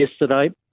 yesterday